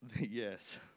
yes